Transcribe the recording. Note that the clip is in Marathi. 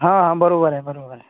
हां बरोबर आहे बरोबर आहे